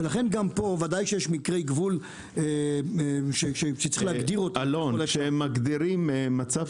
ולכן גם פה ודאי כשיש מקרי גבול שצריך להגדיר אותם- -- כשמגדירים מצב